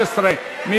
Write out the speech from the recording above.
כנוסח הוועדה.